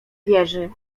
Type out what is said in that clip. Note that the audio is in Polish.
wieży